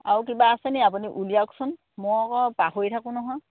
আৰু কিবা আছে নেকি আপুনি উলিয়াওকচোন মই আকৌ পাহৰি থাকোঁ নহয়